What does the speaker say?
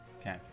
Okay